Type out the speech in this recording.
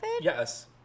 Yes